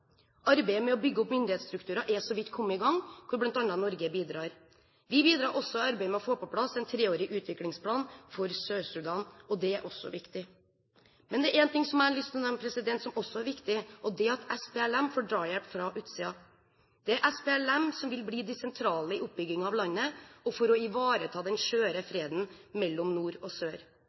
Arbeidet med å bygge opp myndighetsstrukturer er så vidt kommet i gang, hvor bl.a. Norge bidrar. Vi bidrar også i arbeidet med å få på plass en treårig utviklingsplan for Sør-Sudan, og det er også viktig. Men det er én ting som jeg har lyst til å nevne, som også er viktig, og det er at SPLM får drahjelp fra utsiden. Det er SPLM som vil bli sentrale i oppbyggingen av landet og for å ivareta den skjøre freden mellom nord og sør.